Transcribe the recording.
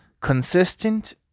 consistent